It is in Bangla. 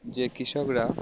যে কৃষকরা